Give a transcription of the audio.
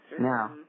Now